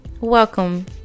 welcome